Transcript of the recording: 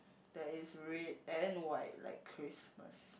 that is red and white like Christmas